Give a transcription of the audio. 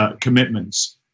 commitments